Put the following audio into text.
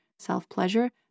self-pleasure